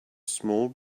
small